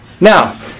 Now